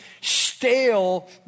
stale